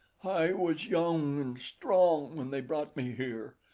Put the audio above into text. i was young and strong when they brought me here.